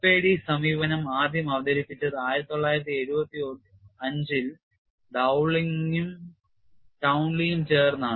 FAD സമീപനം ആദ്യം അവതരിപ്പിച്ചത് 1975 ൽ Dowling ഉം Townley യും ചേർന്നാണ്